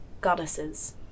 goddesses